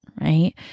right